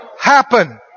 Happen